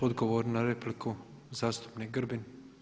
Odgovor na repliku zastupnik Grbin.